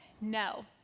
No